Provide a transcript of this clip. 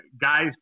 guys